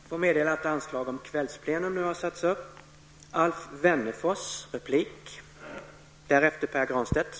Jag får meddela att anslag nu har satts upp om att detta sammanträde skall fortsätta efter kl. 19.00.